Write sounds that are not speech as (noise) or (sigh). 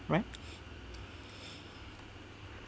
right (breath)